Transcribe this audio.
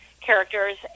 characters